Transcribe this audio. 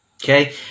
Okay